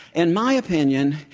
in my opinion,